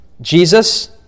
Jesus